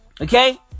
okay